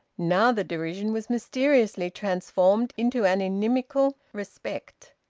now, the derision was mysteriously transformed into an inimical respect.